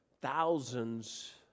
thousands